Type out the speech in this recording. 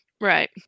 right